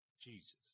Jesus